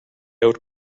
oat